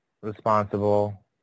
responsible